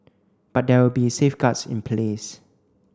but there will be safeguards in place